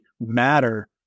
matter